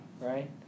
right